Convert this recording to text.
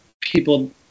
people